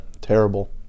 terrible